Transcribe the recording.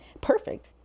Perfect